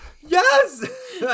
Yes